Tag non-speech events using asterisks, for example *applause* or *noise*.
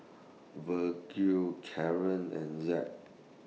Vergil *unintelligible* and Zack